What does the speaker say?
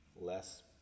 less